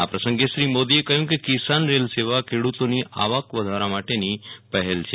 આ પ્રસંગે શ્રી મોદીએ કહયું કે કિશાન રેલ સેવા ખેડૂતોની આવક વધારવા માટેની પહેલ કરી છે